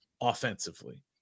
offensively